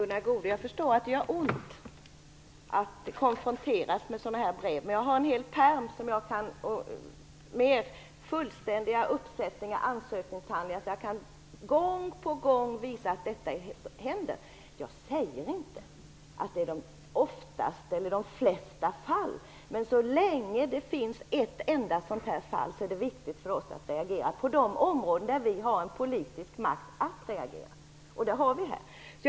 Fru talman! Jag förstår att det gör ont, Gunnar Goude, att konfronteras med sådana här brev, men jag har en hel pärm med fullständiga uppsättningar ansökningshandlingar, så jag kan visa att det händer. Jag säger inte att så sker i de flesta fall, men så länge det finns ett enda sådant fall är det viktigt för oss att reagera på de områden där vi har en politisk makt att reagera, och det har vi här.